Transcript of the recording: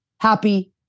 happy